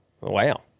wow